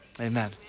Amen